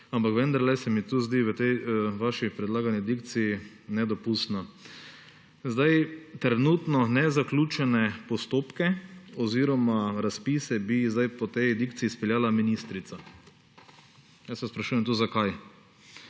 ampak vendarle se mi tu zdi v tej vaši predlagani dikciji nedopustno. Trenutno nezaključene postopke oziroma razpise bi zdaj po tej dikciji izpeljala ministrica. Tu vas sprašujem, zakaj.